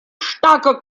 starke